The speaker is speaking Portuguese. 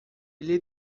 ele